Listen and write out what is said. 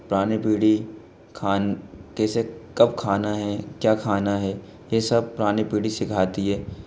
पुरानी पीढ़ी खान कैसे कब खाना है क्या खाना है ये सब पुरानी पीढ़ी सिखाती है